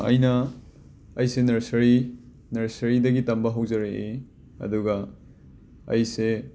ꯑꯩꯅ ꯑꯩꯁꯦ ꯅꯔꯁꯔꯤ ꯅꯔꯁꯔꯤꯗꯒꯤ ꯇꯝꯕ ꯍꯧꯖꯔꯛꯏ ꯑꯗꯨꯒ ꯑꯩꯁꯦ